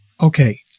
Okay